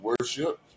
worship